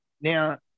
Now